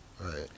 Right